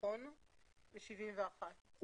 ב-71.